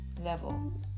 level